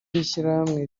w’ishyirahamwe